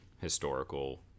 historical